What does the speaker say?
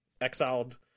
exiled